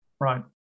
Right